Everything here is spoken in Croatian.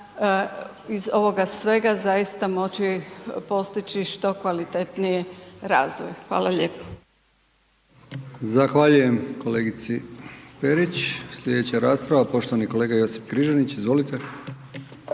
uz ovoga svega zaista moći postići što kvalitetniji razvoj, hvala lijepo. **Brkić, Milijan (HDZ)** Zahvaljujem kolegici Perić. Slijedeća rasprava poštovani kolega Josip Križanić, izvolite.